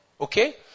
Okay